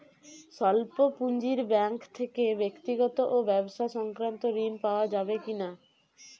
স্বল্প পুঁজির ব্যাঙ্ক থেকে ব্যক্তিগত ও ব্যবসা সংক্রান্ত ঋণ পাওয়া যাবে কিনা?